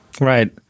Right